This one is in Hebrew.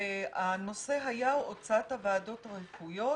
והנושא היה הוצאת הוועדות הרפואיות